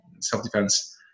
self-defense